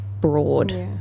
broad